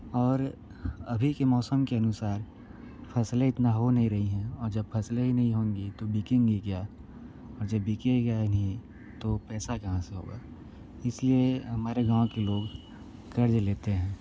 और अभी के मौसम के अनुसार फसलें इतना हो नहीं रही हैं और जब फसलें ही नहीं होंगी तो बिकेंगी क्या और जब बिकेगा ही नहीं तो कर्ज़ लेते हैं